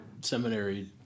seminary